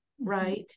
right